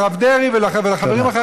לרב דרעי ולחברים,